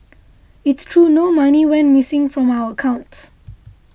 it's true no money went missing from our accounts